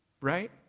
Right